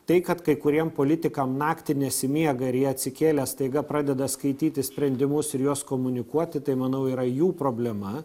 tai kad kai kuriem politikam naktį nesimiega ir jie atsikėlę staiga pradeda skaityti sprendimus ir juos komunikuoti tai manau yra jų problema